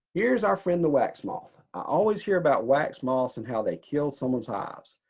here's our friend the wax moth. i always hear about wax moths and how they kill someone's hives.